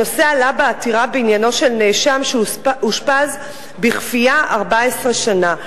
הנושא עלה בעתירה בעניינו של נאשם שאושפז בכפייה 14 שנה,